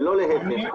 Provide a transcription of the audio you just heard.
ולא להיפך.